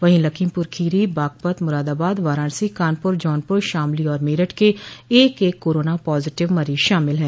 वहीं लखोमपुर खीरी बागपत मुरादाबाद वाराणसी कानपुर जौनपुर शामली और मेरठ के एक एक कोरोना पॉजिटिव मरीज शामिल है